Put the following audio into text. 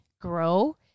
grow